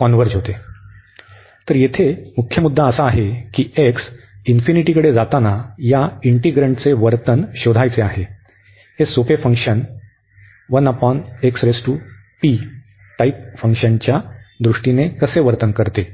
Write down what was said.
converges तर येथे मुख्य मुद्दा असा आहे की x इन्फिनिटीकडे जाताना या इंटीग्रण्डचे वर्तन शोधायचे आहे हे सोपे function 1 over x power p type फंक्शनच्या दृष्टीने कसे वर्तन करते